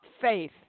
faith